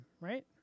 right